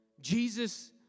Jesus